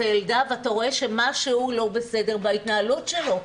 הילדה ואתה רואה שמשהו לא בסדר בהתנהלות שלו.